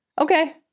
Okay